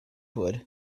wood